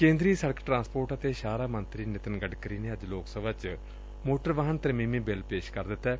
ਕੇ'ਦਰੀ ਸੜਕ ਟਰਾਂਸਪੋਰਟ ਅਤੇ ਸ਼ਾਹਰਾਹ ਮੰਤਰੀ ਨਿਤਿਨ ਗਡਕਰੀ ਨੇ ਅੱਜ ਲੋਕ ਸਭਾ ਚ ਮੋਟਰ ਵਾਹਨ ਤਰਮੀਮੀ ਬਿੱਲ ਪੇਸ਼ ਕਰ ਦਿੱਤੈ